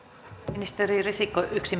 ministeri risikko yksi